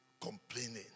complaining